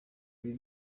ibi